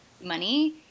money